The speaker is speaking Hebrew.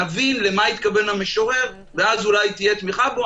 נביא למה התכוון המשורר ואז אולי תהיה תמיכה בו.